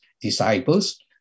disciples